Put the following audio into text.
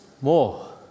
more